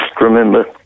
remember